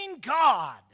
God